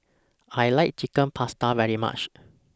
I like Chicken Pasta very much